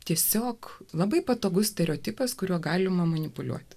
tiesiog labai patogus stereotipas kuriuo galima manipuliuoti